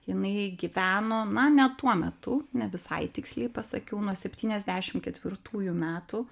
jinai gyveno na ne tuo metu ne visai tiksliai pasakiau nuo septyniasdešim ketvirtųjų metų